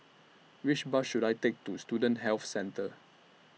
Which Bus should I Take to Student Health Centre